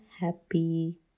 happy